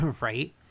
Right